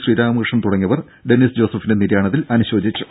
ശ്രീരാമകൃഷ്ണൻ തുടങ്ങിയവർ ഡെന്നിസ് ജോസഫിന്റെ നിര്യാണത്തിൽ അനുശോചിച്ചു